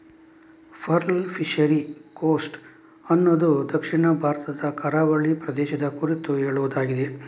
pearl fishery coast ಅನ್ನುದು ದಕ್ಷಿಣ ಭಾರತದ ಕರಾವಳಿ ಪ್ರದೇಶದ ಕುರಿತು ಹೇಳುದಾಗಿದೆ